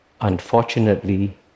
Unfortunately